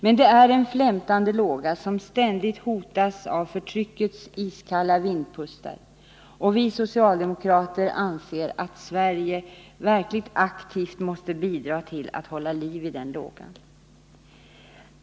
Men det är en flämtande låga som ständigt hotas av förtryckets iskalla vindpustar — vi socialdemokrater anser att Sverige verkligen aktivt måste bidra till att hålla liv i den lågan!